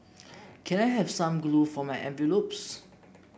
can I have some glue for my envelopes